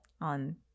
on